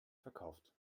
verkauft